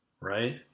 right